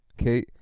Okay